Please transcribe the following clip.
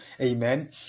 Amen